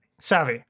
Savvy